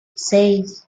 seis